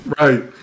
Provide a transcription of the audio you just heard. right